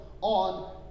on